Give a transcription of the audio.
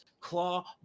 claw